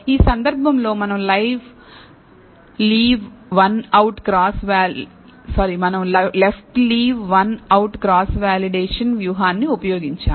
ఈ సందర్భంలో మనం left leave one out cross validation వ్యూహాన్ని ఉపయోగించాము